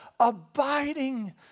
abiding